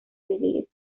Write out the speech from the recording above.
released